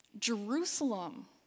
Jerusalem